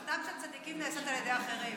מלאכתם של צדיקים נעשית על ידי אחרים.